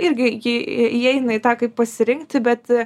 irgi ji įeina į tą kaip pasirinkti bet